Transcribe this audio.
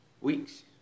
weeks